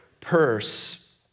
purse